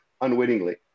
unwittingly